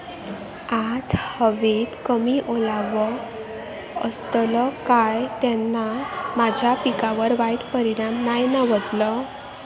आज हवेत कमी ओलावो असतलो काय त्याना माझ्या पिकावर वाईट परिणाम नाय ना व्हतलो?